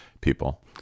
people